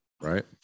right